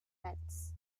metz